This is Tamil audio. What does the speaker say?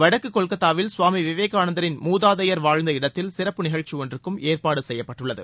வடக்கு கொல்கத்தாவில் கவாமி விவேகானந்தரின் மூதாதையர் வாழ்ந்த இடத்தில் சிறப்பு நிகழ்ச்சி ஒன்றுக்கும் ஏற்பாடு செய்யப்பட்டுள்ளது